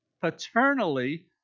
paternally